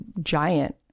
giant